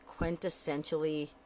quintessentially